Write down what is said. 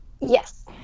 yes